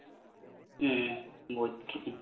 ᱦᱩᱸ ᱵᱩᱡᱽ ᱠᱤᱫᱟᱹᱧ